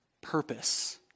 purpose